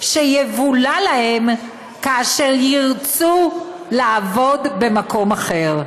שיבולע להם כאשר ירצו לעבוד במקום אחר.